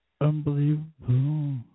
Unbelievable